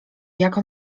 jako